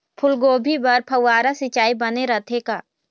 फूलगोभी बर फव्वारा सिचाई बने रथे का?